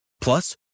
Plus